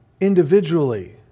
individually